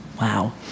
wow